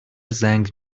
زنگ